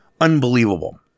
Unbelievable